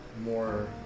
more